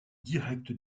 direct